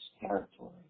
territory